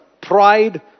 pride